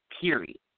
period